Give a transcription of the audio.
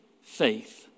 faith